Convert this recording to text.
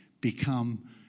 become